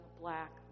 black